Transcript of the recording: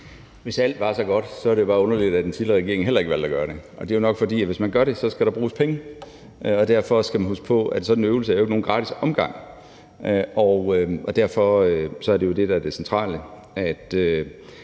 Hvis alt var så godt, er det jo bare underligt, at den tidligere regering heller ikke valgte at gøre det. Det er jo nok, fordi der skal bruges penge, hvis man gør det. Man skal huske på, at sådan en øvelse jo ikke er nogen gratis omgang, og derfor er det jo det, der er